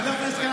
חבר הכנסת כהנא,